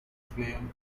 flame